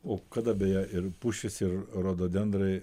o kada beje ir pušys ir rododendrai